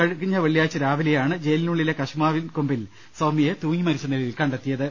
കഴിഞ്ഞ വെള്ളിയാഴ്ച രാവിലെയാണ് ജയിലിനുള്ളിലെ കശുമാവിൻ കൊമ്പിൽ സൌമ്യയെ തൂങ്ങിമരിച്ച നിലയിൽ കണ്ടെത്തിയത്